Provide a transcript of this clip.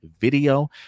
video